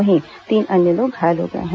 वहीं तीन अन्य लोग घायल हो गए हैं